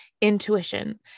intuition